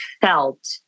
felt